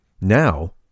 Now